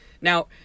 Now